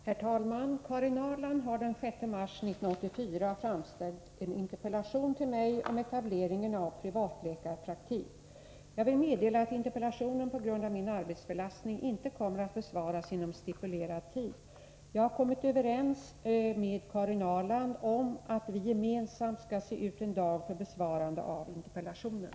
Herr talman! Karin Ahrland har den 6 mars 1984 framställt en interpellation till mig om etableringen av privatläkarpraktik. Jag vill meddela att interpellationen på grund av min arbetsbelastning inte kommer att besvaras inom stipulerad tid. Jag har kommit överens med Karin Ahrland om att vi gemensamt skall se ut en dag för besvarande av interpellationen.